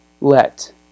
let